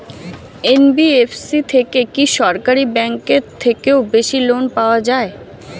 NBFC থেকে কি সরকারি ব্যাংক এর থেকেও বেশি লোন পাওয়া যায়?